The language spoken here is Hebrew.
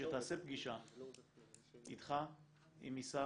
שתעשה פגישה איתך, עם עיסאווי,